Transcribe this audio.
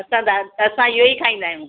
असां दार असां इहो ई खाईंदा आहियूं